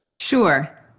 Sure